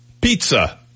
Pizza